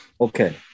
Okay